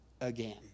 again